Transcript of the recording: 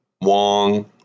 Wong